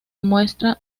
muestra